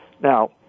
Now